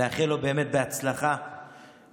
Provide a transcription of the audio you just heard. ולאחל לו באמת בהצלחה בשירותו,